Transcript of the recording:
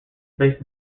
based